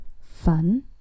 Fun